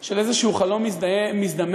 של איזשהו חלום מזדמן,